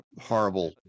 horrible